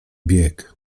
bieg